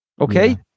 Okay